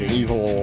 evil